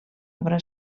obra